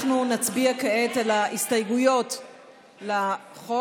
אנחנו נצביע כעת על ההסתייגויות לחוק.